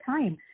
time